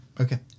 okay